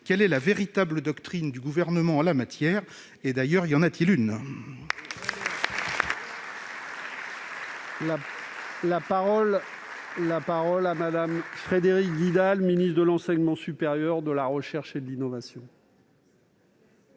Quelle est la véritable doctrine du Gouvernement en la matière ? D'ailleurs, y en a-t-il une ? La parole est à Mme la ministre de l'enseignement supérieur, de la recherche et de l'innovation.